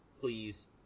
please